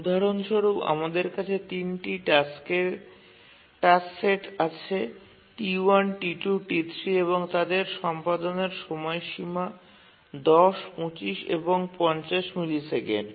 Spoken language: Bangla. উদাহরণস্বরূপ আমাদের কাছে ৩ টি টাস্কের টাস্ক সেট আছে T1 T2 T3 এবং তাদের সম্পাদনের সময়সীমা ১০ ২৫ এবং ৫০ মিলিসেকেন্ড